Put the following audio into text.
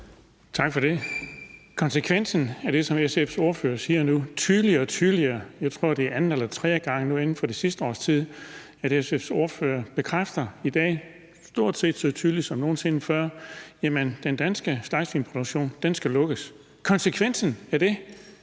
Tak for det. Konsekvensen af det, som SF's ordfører siger nu tydeligere og tydeligere – jeg tror, det er anden eller tredje gang nu inden for det sidste års tid, at SF's ordfører bekræfter det, i dag stort set så tydeligt som nogen sinde før – er, at den danske slagtesvinsproduktion skal lukkes. Konsekvensen af det